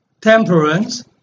temperance